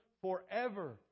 forever